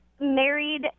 married